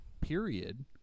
period